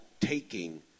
taking